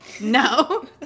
No